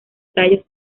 tallos